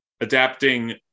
adapting